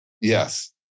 Yes